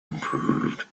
improved